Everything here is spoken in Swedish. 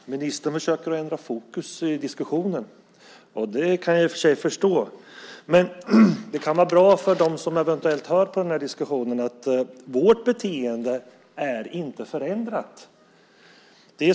Herr talman! Ministern försöker ändra fokus i diskussionen. Det kan jag i och för sig förstå. Det kan dock vara bra för dem som eventuellt lyssnar på denna diskussion att veta att vårt beteende inte är förändrat.